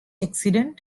accident